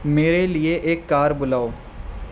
میرے لیے ایک کار بلاؤ